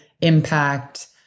impact